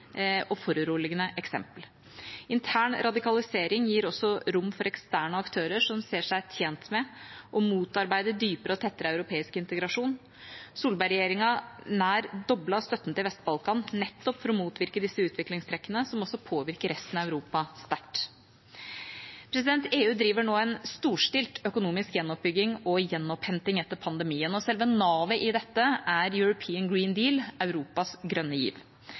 og foruroligende eksempel. Intern radikalisering gir også rom for eksterne aktører som ser seg tjent med å motarbeide dypere og tettere europeisk integrasjon. Solberg-regjeringa nær doblet støtten til Vest-Balkan nettopp for å motvirke disse utviklingstrekkene, som også påvirker resten av Europa sterkt. EU driver nå en storstilt økonomisk gjenoppbygging og gjenopphenting etter pandemien, og selve navet i dette er European Green Deal, Europas grønne giv.